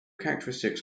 characteristics